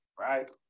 right